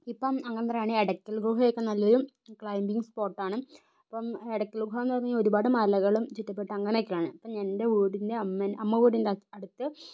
ഇപ്പം അങ്ങനത്ത ഇടയ്ക്കൽ ഗുഹ ഒക്കെ നല്ലൊരു ക്ലൈമ്പിങ് സ്പോട്ടാണ് അപ്പം ഇടക്കൽ ഗുഹ എന്ന് പറയുന്നത് ഒരുപാട് മലകളും ചുറ്റപ്പെട്ട അങ്ങനെയൊക്കെയാണ് അപ്പം എന്റെ വീടിന്റെ അമ്മ വീടിന്റെ അടുത്ത്